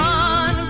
on